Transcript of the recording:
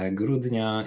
grudnia